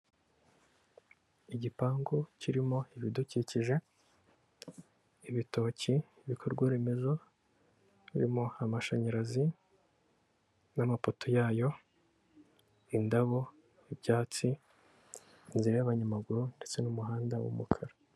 Igipangu kirimo ibidukikije ibitoki, ibikorwa remezo, birimo amashanyarazi n'amapoto yayo indabo, ibyatsi, inzira y'abanyamaguru ndetse n'umuhanda w'umukara.